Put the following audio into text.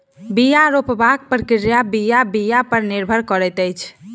बीया रोपबाक प्रक्रिया बीया बीया पर निर्भर करैत अछि